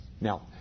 Now